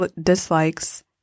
dislikes